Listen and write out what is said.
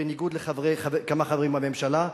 בניגוד לכמה חברים בממשלה,